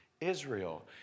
Israel